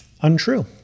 untrue